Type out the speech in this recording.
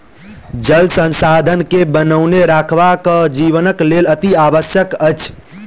जल संसाधन के बनौने राखब जीवनक लेल अतिआवश्यक अछि